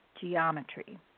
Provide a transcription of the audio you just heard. geometry